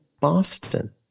Boston